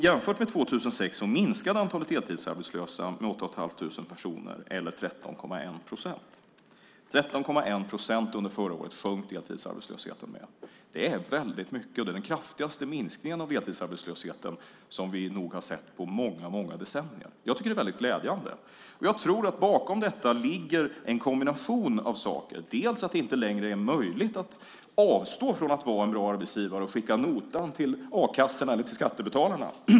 Jämfört med 2006 minskade antalet deltidsarbetslösa med 8 500 personer, eller 13,1 procent. Deltidsarbetslösheten sjönk förra året med 13,1 procent. Det är väldigt mycket. Det är den kraftigaste minskningen av deltidsarbetslösheten som vi har sett på många decennier. Det tycker jag är väldigt glädjande. Jag tror att bakom detta ligger en kombination av saker. Det är inte längre möjligt att avstå från att vara en bra arbetsgivare och skicka notan till a-kassan eller skattebetalarna.